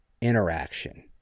interaction